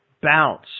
bounce